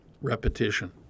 Repetition